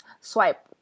swipe